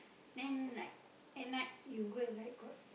then like at night you heard like got